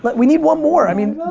but we need one more. i mean